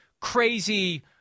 crazy